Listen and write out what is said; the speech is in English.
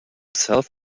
self